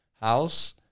house